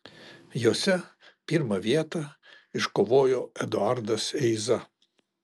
jose pirmą vietą iškovojo eduardas eiza